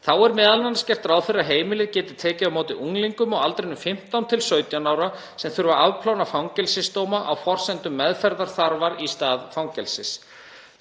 Þá er m.a. gert ráð fyrir að heimilið geti tekið á móti unglingum á aldrinum 15 til 17 ára sem þurfa að afplána fangelsisdóma á forsendum meðferðarþarfar í stað fangelsis.